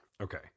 Okay